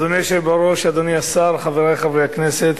אדוני היושב בראש, אדוני השר, חברי חברי הכנסת,